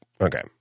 Okay